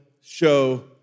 show